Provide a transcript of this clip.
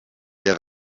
der